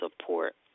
support